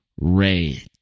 Ray